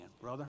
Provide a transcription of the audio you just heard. Brother